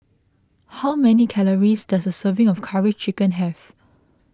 how many calories does a serving of Curry Chicken have